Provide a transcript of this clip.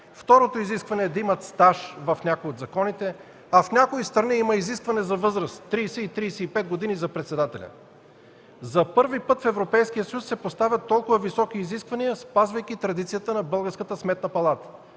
Второто изискване е да имат стаж – в някои от законите, а в някои страни има изискване за възраст 30-35 г. за председателя. За първи път в Европейския съюз се поставят толкова високи изисквания. Спазвайки традицията на българската Сметна палата